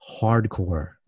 hardcore